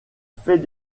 fait